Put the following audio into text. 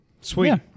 Sweet